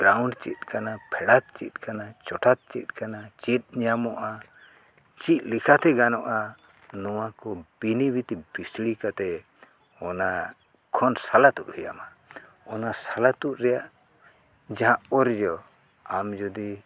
ᱪᱮᱫ ᱠᱟᱱᱟ ᱯᱷᱮᱰᱟᱛ ᱪᱮᱫ ᱠᱟᱱᱟ ᱪᱚᱴᱷᱟᱛ ᱪᱮᱫ ᱠᱟᱱᱟ ᱪᱮᱫ ᱧᱟᱢᱚᱜᱼᱟ ᱪᱮᱫ ᱞᱮᱠᱟᱛᱮ ᱜᱟᱱᱚᱜᱼᱟ ᱱᱚᱣᱟ ᱠᱚ ᱵᱤᱱᱤᱵᱤᱛᱤ ᱵᱤᱥᱲᱤ ᱠᱟᱛᱮᱫ ᱚᱱᱟ ᱠᱷᱚᱱ ᱥᱟᱞᱟ ᱛᱩᱫ ᱦᱩᱭᱟᱢᱟ ᱚᱱᱟ ᱥᱟᱞᱟ ᱛᱩᱫ ᱨᱮᱭᱟᱜ ᱡᱟᱦᱟᱸ ᱚᱨᱡᱚ ᱟᱢ ᱡᱩᱫᱤ